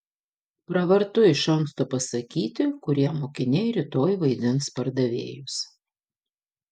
pravartu iš anksto pasakyti kurie mokiniai rytoj vaidins pardavėjus